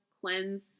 cleanse